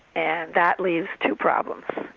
and that leads to problems.